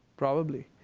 probably.